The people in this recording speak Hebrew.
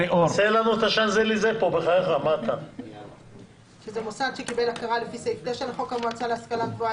מאלה: (1)מוסד שקיבל הכרה לפי סעיף 9 לחוק המועצה להשכלה גבוהה,